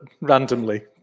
Randomly